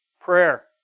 prayer